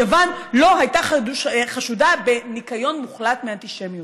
יוון לא הייתה חשודה בניקיון מוחלט מאנטישמיות,